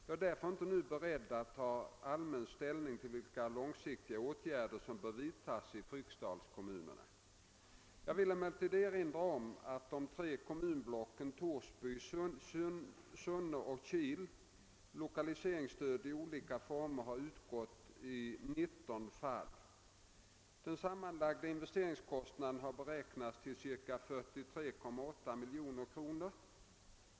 Jag är därför inte nu beredd att ta allmän ställning till vilka långsiktiga åtgärder som bör vidtas i Fryksdalskommunerna. Jag vill emellertid erinra om att i de tre kommunblocken Torsby, Sunne och Kil lokaliseringsstöd i olika former har utgått i 19 fall. Den sammanlagda investeringskostnaden har beräknats till ca 43,8 miljoner kronor.